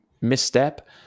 misstep